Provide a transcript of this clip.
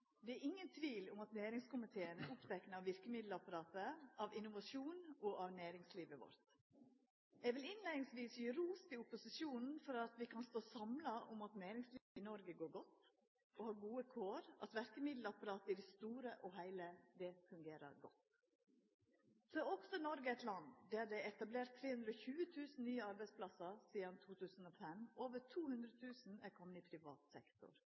Det er ingen tvil om at næringskomiteen er oppteken av verkemiddelapparatet, av innovasjon og av næringslivet vårt. Eg vil innleiingsvis gje ros til opposisjonen for at vi kan stå samla om at næringslivet i Noreg går godt og har gode kår, og at verkemiddelapparatet i det store og heile fungerer godt. Noreg er eit land der det er etablert 320 000 nye arbeidsplassar sidan 2005 – over 200 000 er komne i privat sektor.